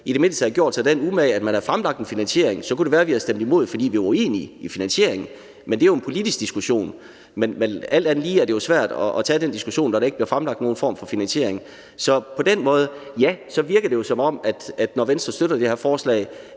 i det mindste havde gjort sig den umage, at man havde fremlagt en finansiering. Så kunne det være, at vi havde stemt imod, fordi vi var uenige i finansieringen, men det er jo en politisk diskussion. Men alt andet lige er det jo svært at tage den diskussion, når der ikke bliver fremlagt nogen form for finansiering. Så på den måde virker det jo, som om at Venstre, når de støtter det her forslag,